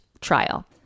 trial